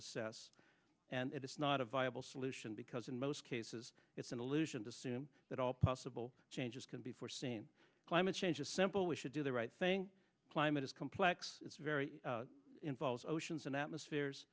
assess and it's not a viable solution because in most cases it's an illusion to sume that all possible changes can be foreseen climate change is simple we should do the right thing climate is complex it's very involves oceans and atmospheres i